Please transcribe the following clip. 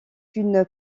une